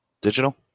digital